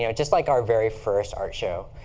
yeah just like our very first art show,